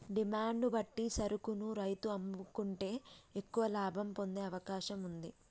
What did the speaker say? demand ను బట్టి సరుకును రైతు అమ్ముకుంటే ఎక్కువ లాభం పొందే అవకాశం వుంది